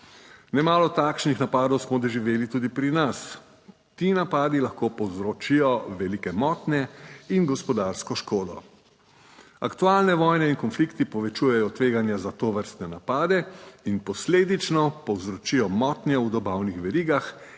Nemalo takšnih napadov smo doživeli tudi pri nas. Ti napadi lahko povzročijo velike motnje in gospodarsko škodo. Aktualne vojne in konflikti povečujejo tveganja za tovrstne napade in posledično povzročijo motnje v dobavnih verigah,